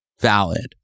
valid